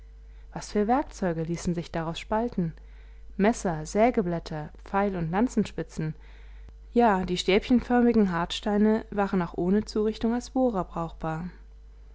was für werkzeuge ließen sich daraus spalten messer sägeblätter pfeil und lanzenspitzen ja die stäbchenförmigen hartsteine waren auch ohne zurichtung als bohrer brauchbar